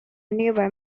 nearby